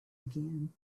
again